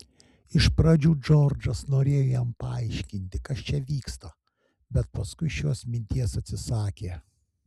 iš pradžių džordžas norėjo jam paaiškinti kas čia vyksta bet paskui šios minties atsisakė